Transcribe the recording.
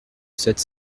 sept